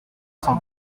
cent